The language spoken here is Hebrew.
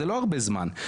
זה לא הרבה זמן,